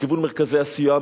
לכיוון מרכזי הסיוע.